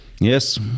Yes